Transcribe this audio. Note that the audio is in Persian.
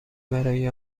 برای